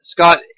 Scott